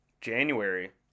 January